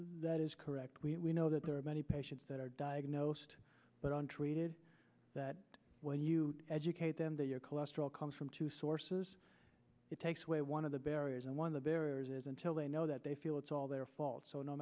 that is correct we know that there are many patients that are diagnosed but on treated that when you educate them that your cholesterol comes from two sources it takes way one of the barriers and one of the barriers is until they know that they feel it's all their fault so no